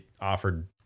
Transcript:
offered